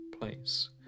place